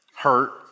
hurt